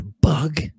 bug